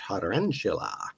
tarantula